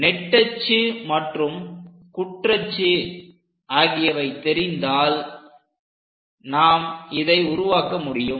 நெட்டச்சு மற்றும் குற்றச்சு ஆகியவை தெரிந்தால் நாம் இதை உருவாக்க முடியும்